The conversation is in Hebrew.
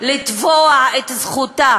לתבוע את זכותה